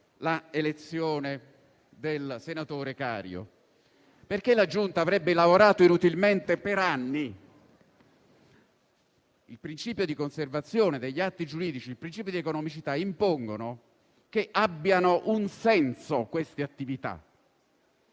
l'elezione del senatore Cario. Perché la Giunta avrebbe lavorato inutilmente per anni? Il principio di conservazione degli atti giuridici e il principio di economicità impongono che queste attività